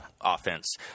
offense